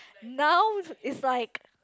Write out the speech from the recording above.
now it's like